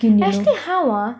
actually how ah